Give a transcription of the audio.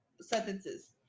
sentences